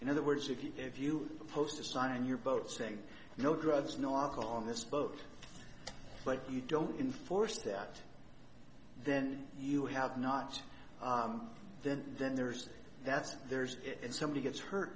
in other words if you if you post a sign on your boat saying no drugs no alcohol on this boat but you don't enforce that then you have not then then there's that's there's it and somebody gets hurt